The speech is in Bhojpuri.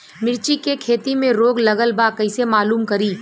मिर्ची के खेती में रोग लगल बा कईसे मालूम करि?